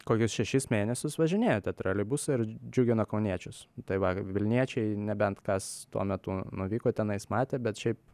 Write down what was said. kokius šešis mėnesius važinėjo tie troleibusai ir džiugina kauniečius tai va vilniečiai nebent kas tuo metu nuvyko tenais jis matė bet šiaip